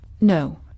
no